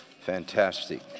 fantastic